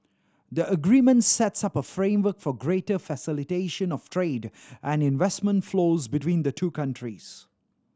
the agreement sets up a framework for greater facilitation of trade and investment flows between the two countries